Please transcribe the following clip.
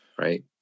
right